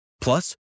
Plus